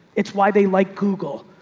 it's why they like google.